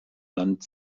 land